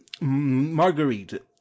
marguerite